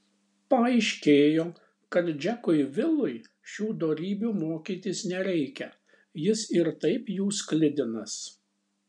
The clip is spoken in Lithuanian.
paaiškėjo kad džekui vilui šių dorybių mokytis nereikia jis ir taip jų sklidinas